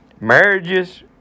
Marriages